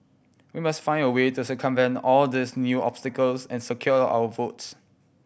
we must find a way to circumvent all these new obstacles and secure our votes